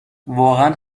واقعا